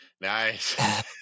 Nice